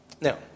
Now